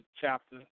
chapter